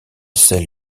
celle